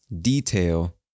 detail